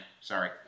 Sorry